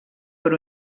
per